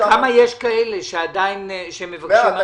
כמה יש כאלה שמבקשים --- מעט,